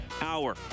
hour